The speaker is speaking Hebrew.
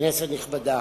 כנסת נכבדה,